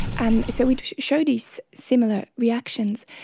and so we show these similar reactions.